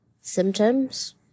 symptoms